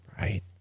Right